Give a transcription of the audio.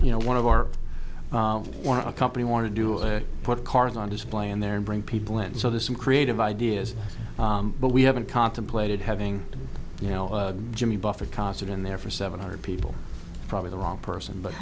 you know one of our or our company want to do is put cars on display in there and bring people in so there's some creative ideas but we haven't contemplated having you know jimmy buffett concert in there for seven hundred people probably the wrong person but